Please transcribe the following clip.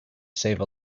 save